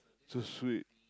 so sweet